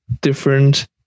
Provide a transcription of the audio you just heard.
different